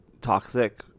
toxic